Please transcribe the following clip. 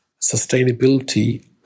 sustainability